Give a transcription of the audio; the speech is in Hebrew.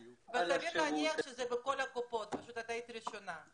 סביר להניח שזה בכל הקופות, פשוט היית ראשונה.